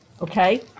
Okay